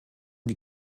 die